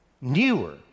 newer